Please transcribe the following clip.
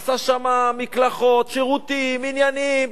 עשה שם מקלחות, שירותים, עניינים.